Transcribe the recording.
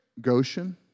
Goshen